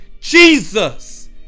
Jesus